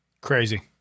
Crazy